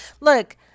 look